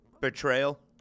betrayal